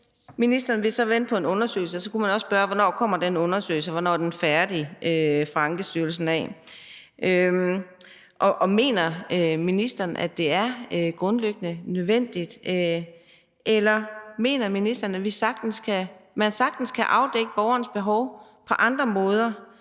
Ministeren vil så vente på en undersøgelse. Så kunne man også spørge: Hvornår kommer den undersøgelse? Hvornår er Ankestyrelsen færdig med den? Mener ministeren, at det er grundlæggende nødvendigt, eller mener ministeren, at man sagtens kan afdække borgerens behov på andre måder,